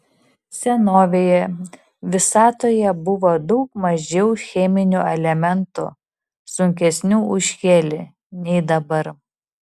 senovėje visatoje buvo daug mažiau cheminių elementų sunkesnių už helį nei dabar